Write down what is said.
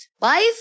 Life